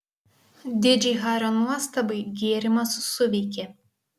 didžiai hario nuostabai gėrimas suveikė